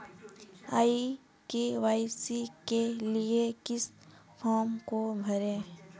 ई KYC के लिए किस फ्रॉम को भरें?